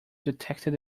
detected